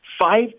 five